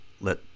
Let